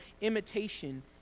imitation